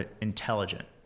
intelligent